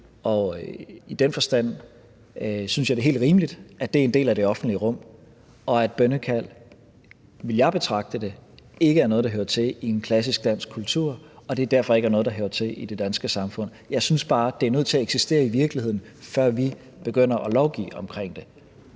I den forstand synes jeg, det er helt rimeligt, at de er en del af det offentlige rum. Bønnekald vil jeg derimod ikke betragte som noget, der hører til i en klassisk dansk kultur, og det er derfor ikke noget, der hører til i det danske samfund. Jeg synes bare, at det er nødt til at eksistere i virkeligheden, før vi begynder at lovgive om det.